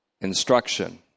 instruction